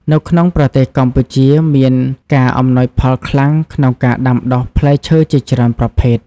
នៅក្នុងប្រទេសកម្ពុជាមានការ អំណោយផលខ្លាំង ក្នុងការដាំដុះផ្លែឈើជាច្រើនប្រភេទ។